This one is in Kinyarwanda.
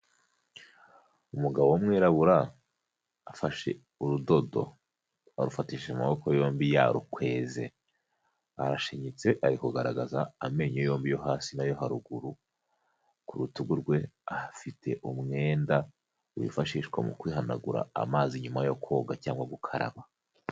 Umugabo w'umwirabura afashe urudodo arufatishije amaboko yombi yarukweze, arashinyitse ari kugaragaza amenyo yombi yo hasi na yo haruguru ku rutugu rwe ahafite umwenda wifashishwa mu kwihanagura amazi nyuma yo koga cyangwa gukaraba.